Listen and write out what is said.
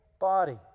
body